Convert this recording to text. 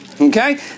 okay